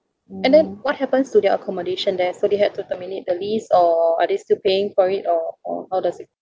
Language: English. and then what happens to their accommodation there so they had to terminate the lease or are they still paying for it or or how does it